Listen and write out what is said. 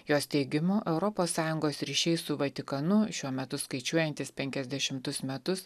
jos teigimu europos sąjungos ryšiai su vatikanu šiuo metu skaičiuojantys penkiasdešimtus metus